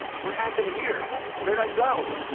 what happened here? where did i go?